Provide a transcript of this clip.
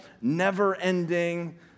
never-ending